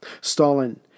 Stalin